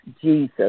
Jesus